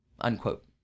Unquote